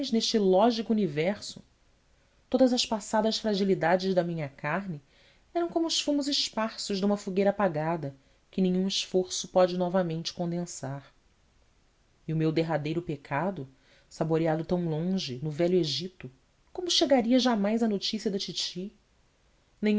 neste lógico universo todas as passadas fragilidades da minha carne eram como os fumos esparsos de uma fogueira apagada que nenhum esforço pode novamente condensar e o meu derradeiro pecado saboreado tão longe no velho egito como chegaria jamais à notícia da titi